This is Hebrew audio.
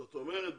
זאת אומרת,